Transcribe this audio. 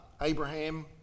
Abraham